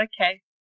okay